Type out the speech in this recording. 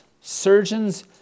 surgeons